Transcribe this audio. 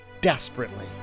desperately